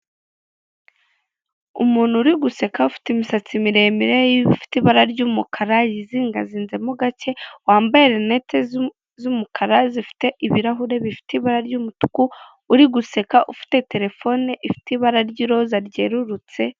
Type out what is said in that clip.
Umuntu uri guseka ufite imisatsi miremire ifite ibara ry'umukara yizingazinzemo gake, wamabye rinete z'umukara zifite ibirahure bifite ibara ry'umutuku, uri guseka ufite telefone ifite ibara ry'iroza ryerurutse.